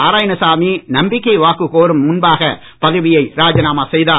நாராயணசாமி நம்பிக்கை வாக்கு கோரும் முன்பாக பதவியை ராஜினாமா செய்தார்